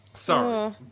Sorry